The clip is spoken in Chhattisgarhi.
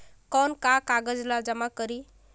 कौन का कागज ला जमा करी?